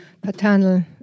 paternal